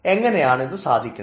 എങ്ങനെയാണിത് സാധിക്കുന്നത്